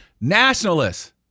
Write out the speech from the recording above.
nationalists